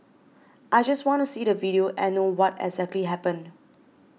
I just want to see the video and know what exactly happened